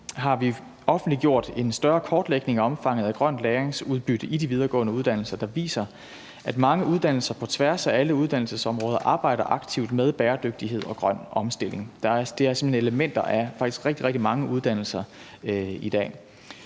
har vi offentliggjort en større kortlægning af omfanget af grønt læringsudbytte i de videregående uddannelser, og den viser, at mange uddannelser på tværs af alle uddannelsesområder arbejder aktivt med bæredygtighed og grøn omstilling. Det er elementer af faktisk, rigtig, rigtig mange uddannelser i dag.